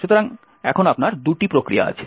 সুতরাং এখন আপনার দুটি প্রক্রিয়া আছে